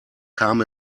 kam